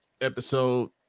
episode